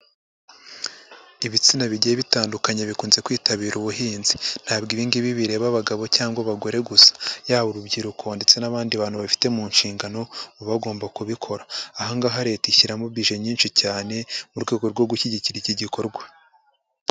Ibitsina bigiye bitandukanye bikunze kwitabira ubuhinzi, ntabwo ibi ngibi bireba abagabo cyangwa abagore gusa yaba urubyiruko ndetse n'abandi bantu babifite mu nshingano baba bagomba kubikora, aha ngaha Leta ishyiramo bije nyinshi cyane mu rwego rwo gushyigikira iki gikorwa.